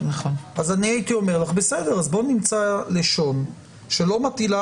הייתי אומר: אז נמצא לשון שלא מטילה